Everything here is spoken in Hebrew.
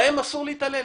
בהם אסור להתעלל.